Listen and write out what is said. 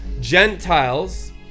Gentiles